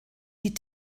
die